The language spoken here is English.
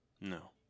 No